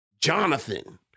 Jonathan